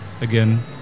Again